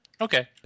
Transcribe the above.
okay